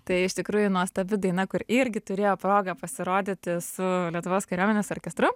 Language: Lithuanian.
tai iš tikrųjų nuostabi daina kur irgi turėjo progą pasirodyti su lietuvos kariuomenės orkestru